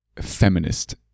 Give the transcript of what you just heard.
feminist